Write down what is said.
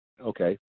okay